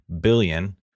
billion